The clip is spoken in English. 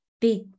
big